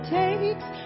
takes